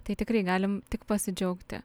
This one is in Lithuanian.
tai tikrai galim tik pasidžiaugti